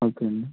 okay అండి